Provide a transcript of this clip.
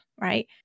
right